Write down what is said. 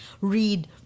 Read